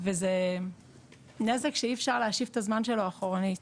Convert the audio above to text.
וזה נזק שאי אפשר להשיב את הזמן שלו אחורנית.